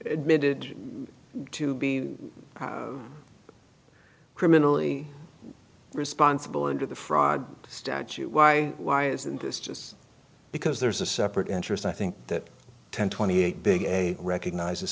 admitted to be criminally responsible into the fraud statute why why isn't this just because there's a separate interest i think that ten twenty eight big recognize